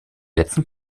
letzten